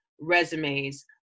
resumes